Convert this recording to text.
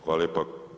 Hvala lijepa.